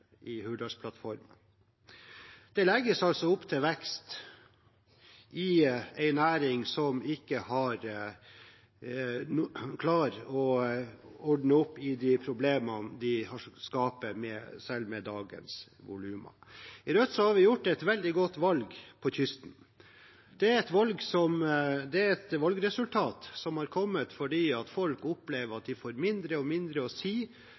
Hurdalsplattformen. Det legges altså opp til vekst i en næring som ikke har klart å ordne opp i de problemene de skaper, selv med dagens volumer. I Rødt har vi gjort et veldig godt valg på kysten. Det er et valgresultat som har kommet fordi folk opplever at de får mindre og mindre å si